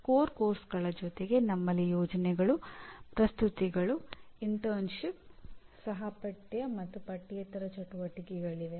ಮೂಲ ಪಠ್ಯಕ್ರಮಗಳ ಜೊತೆಗೆ ನಮ್ಮಲ್ಲಿ ಯೋಜನೆಗಳು ಪ್ರಸ್ತುತಿಗಳು ಇಂಟರ್ನ್ಶಿಪ್ ಸಹಪಠ್ಯ ಮತ್ತು ಪಠ್ಯೇತರ ಚಟುವಟಿಕೆಗಳಿವೆ